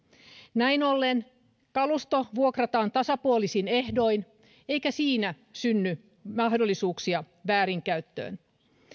näin ollen kalusto vuokrataan tasapuolisin ehdoin eikä siinä synny mahdollisuuksia väärinkäyttöön